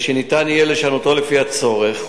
ויהיה אפשר לשנותה לפי הצורך.